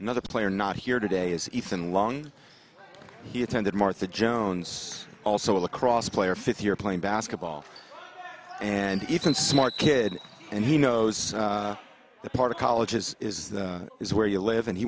another player not here today is ethan long he attended martha jones also across player fifth year playing basketball and even smart kid and he knows that part of colleges is that is where you live and he